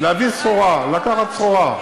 להביא סחורה, לקחת סחורה.